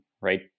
right